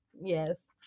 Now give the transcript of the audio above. Yes